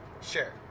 share